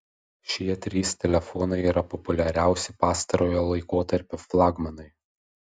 šie trys telefonai yra populiariausi pastarojo laikotarpio flagmanai